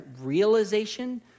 realization